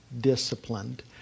disciplined